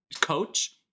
coach